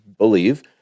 believe